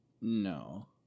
no